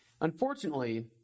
Unfortunately